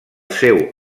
seu